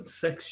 Sex